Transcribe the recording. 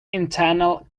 internal